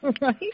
right